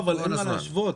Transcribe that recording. אין מה להשוות.